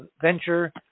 venture